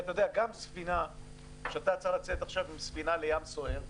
גם כשאתה צריך לצאת עם ספינה לים סוער,